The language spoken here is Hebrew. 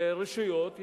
לרשויות המקומיות,